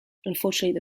unfortunately